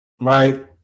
right